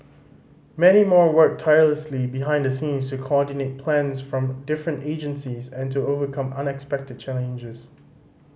many more worked tirelessly behind the scenes to coordinate plans from different agencies and to overcome unexpected challenges